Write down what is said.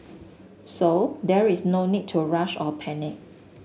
so there is no need to rush or panic